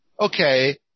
okay